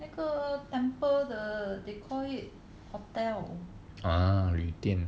ah 旅店